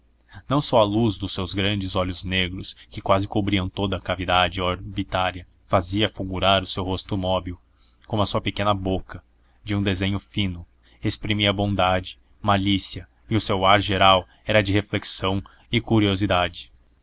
não só a luz dos seus grandes olhos negros que quase cobriam toda a cavidade orbitária fazia fulgurar o seu rosto móbil como a sua pequena boca de um desenho fino exprimia bondade malícia e o seu ar geral era de reflexão e curiosidade